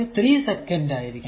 3 second ആയിരിക്കണം